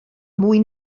mwy